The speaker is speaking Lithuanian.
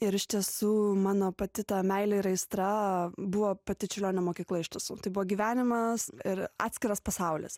ir iš tiesų mano pati ta meilė ir aistra buvo pati čiurlionio mokykla iš tiesų tai buvo gyvenimas ir atskiras pasaulis